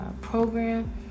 program